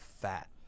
fat